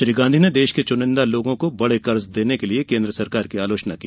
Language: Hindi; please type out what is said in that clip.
श्री गांधी ने देश के चुनिन्दा लोगों को बड़े कर्ज देने के लिए केन्द्र सरकार की आलोचना की